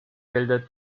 gelder